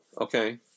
okay